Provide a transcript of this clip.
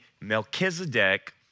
Melchizedek